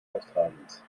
australiens